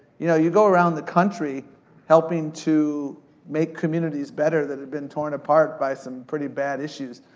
you know, you go around the country helping to make communities better that have been torn apart by some pretty bad issues.